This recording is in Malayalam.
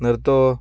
നിർത്തൂ